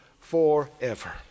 forever